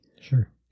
Sure